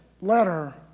letter